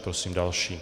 Prosím další.